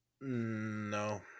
No